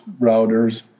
routers